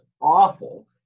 awful